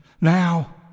Now